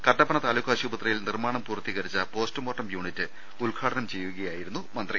കട്ടപ്പന താലൂക്ക് ആശുപത്രിയിൽ നിർമ്മാണം പൂർത്തീകരിച്ച പോസ്റ്റുമോർട്ടം യൂണിറ്റ് ഉദ്ഘാ ടനം ചെയ്യുകയായിരുന്നു മന്ത്രി